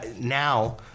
Now